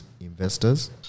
investors